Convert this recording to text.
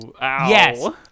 Yes